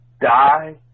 die